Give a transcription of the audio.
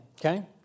okay